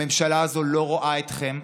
הממשלה הזאת לא רואה אתכם,